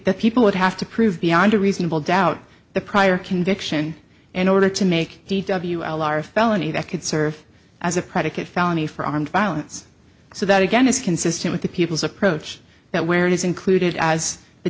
that people would have to prove beyond a reasonable doubt the prior conviction in order to make d w l r a felony that could serve as a predicate felony for armed violence so that again is consistent with the people's approach that where it is included as the